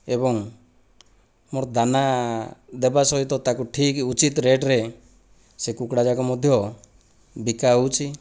ଏବଂ ମୋର ଦାନା ଦେବା ସହିତ ତାକୁ ଠିକ୍ ଉଚିତ ରେଟରେ ସେ କୁକୁଡ଼ା ଯାକ ମଧ୍ୟ ବିକା ହେଉଛି